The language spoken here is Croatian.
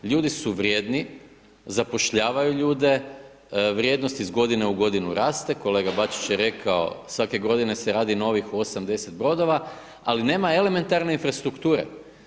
Ljudi su vrijedni, zapošljavaju ljude, vrijednosti iz godine u godinu raste, kolega Bačić je rekao, svake godine se radi novih 8-10 brodova, ali nema elementarne infrastrukture.